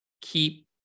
keep